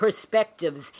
perspectives